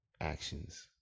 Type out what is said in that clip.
Actions